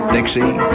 Dixie